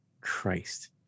Christ